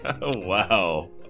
Wow